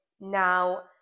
Now